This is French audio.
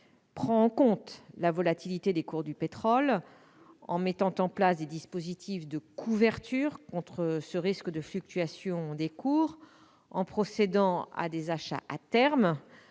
prend déjà en compte la volatilité des cours du pétrole en prévoyant des mécanismes de couverture contre le risque de fluctuation des cours et en procédant à des achats à terme,